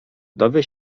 dowie